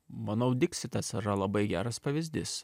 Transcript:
manau diksitas yra labai geras pavyzdys